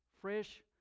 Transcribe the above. fresh